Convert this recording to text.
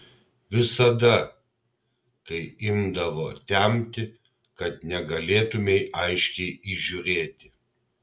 visada kai imdavo temti kad negalėtumei aiškiai įžiūrėti